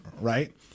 right